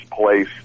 place